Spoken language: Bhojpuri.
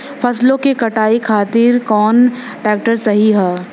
फसलों के कटाई खातिर कौन ट्रैक्टर सही ह?